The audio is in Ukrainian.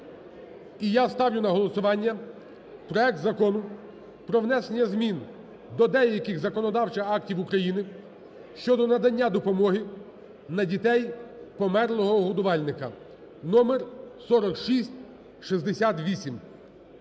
І я ставлю на голосування проект Закону про внесення змін до деяких законодавчих актів України щодо надання допомоги на дітей померлого годувальника (№ 4668)